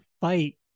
fight